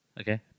Okay